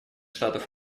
штатов